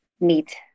meet